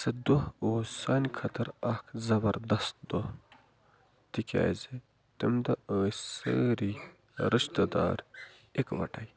سُہ دۄہ اوس سانہِ خٲطر اَکھ زبردست دۄہ تِکیٛازِ تمہِ دۄہ ٲسۍ سٲری رشتہٕ دار اکوَٹے